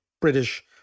British